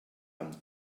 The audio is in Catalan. amb